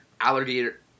alligator